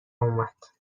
اومد